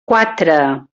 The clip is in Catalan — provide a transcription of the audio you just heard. quatre